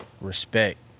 respect